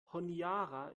honiara